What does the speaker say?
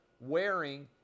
wearing